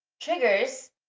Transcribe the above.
triggers